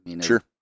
Sure